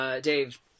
Dave